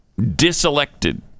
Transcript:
diselected